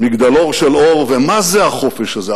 מגדלור של אור, ומה זה החופש הזה?